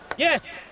Yes